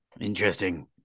Interesting